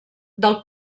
del